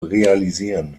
realisieren